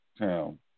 town